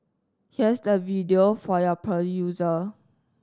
here's the video for your perusal